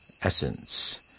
essence